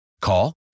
Call